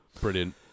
Brilliant